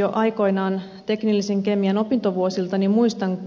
jo aikoinaan teknisen kemian opintovuosiltani muistan